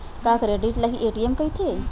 का क्रेडिट ल हि ए.टी.एम कहिथे?